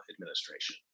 administration